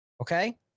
Okay